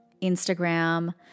Instagram